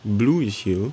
blue is here